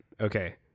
Okay